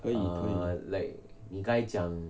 可以可以